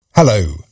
Hello